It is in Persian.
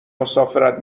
مسافرت